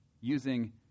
using